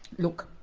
look,